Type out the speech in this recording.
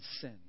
sin